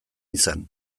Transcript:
izan